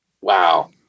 wow